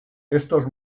estos